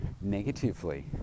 negatively